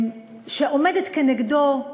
שעומדת כנגדו,